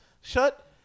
shut